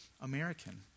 American